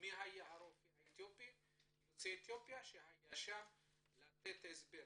מי היה הרופא יוצא אתיופיה שהיה שם לתת הסבר?